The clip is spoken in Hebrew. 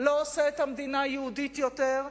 לא עושה את המדינה יהודית יותר,